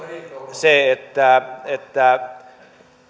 se että että